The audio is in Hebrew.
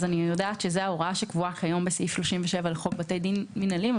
אני יודעת שזאת ההוראה שקבועה היום בסעיף 37 לחוק בתי דין מינהליים,